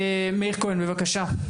מאיר כהן בבקשה.